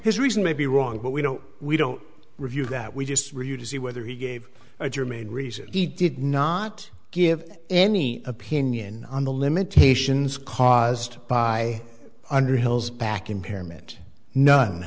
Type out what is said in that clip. his reason may be wrong but we don't we don't review that we just review to see whether he gave a germane reason he did not give any opinion on the limitations caused by under hills back impairment none